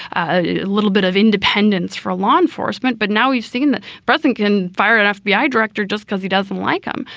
a little bit of independence for law enforcement. but now you've seen the president can fire at fbi director just because he doesn't like um